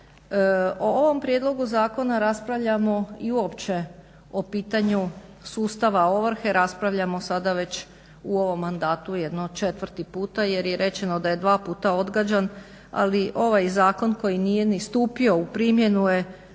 O ovom prijedlogu zakona raspravljamo i uopće o pitanju sustava ovrhe raspravljamo sada već u ovom mandatu jedno četvrti puta, jer je rečeno da je dva puta odgađan. Ali ovaj zakon koji nije ni stupio u primjenu je